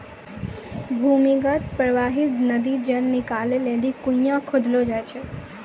भूमीगत परबाहित नदी जल निकालै लेलि कुण्यां खोदलो जाय छै